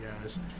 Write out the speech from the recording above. guys